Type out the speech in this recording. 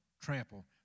trample